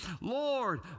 Lord